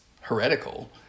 heretical